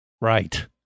Right